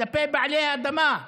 כלפי בעלי האדמה,